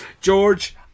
george